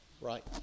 Right